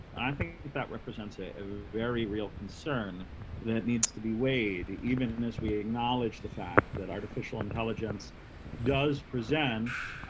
i think that represents a very real concern that needs to be weighed even as we acknowledge the fact that artificial intelligence does present,